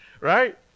Right